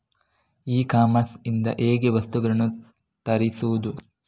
E commerce ಇಂದ ಹೇಗೆ ವಸ್ತುಗಳನ್ನು ತರಿಸುವುದು?